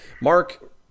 Mark